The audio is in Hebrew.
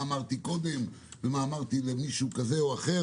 שאמרתי קודם או מה אמרתי למישהו כזה או אחר